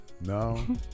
No